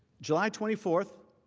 july twenty four,